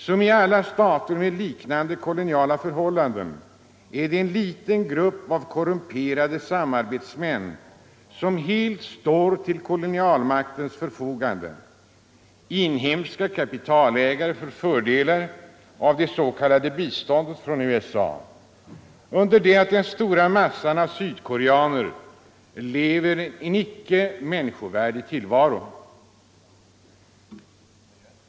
Som i alla stater 219 med liknande koloniala förhållanden står en liten grupp av korrumperade samarbetsmän helt till kolonialmaktens förfogande. Inhemska kapitalägare får fördelar av det s.k. biståndet från USA under det att den stora massan av sydkoreaner lever en icke människovärdig tillvaro.